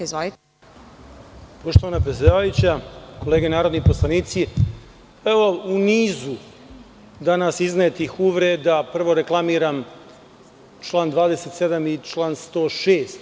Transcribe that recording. Poštovana predsedavajuća, kolege narodni poslanici, u nizu danas iznetih uvreda, prvo reklamiram član 27. i član 106.